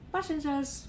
Passengers